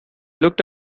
looked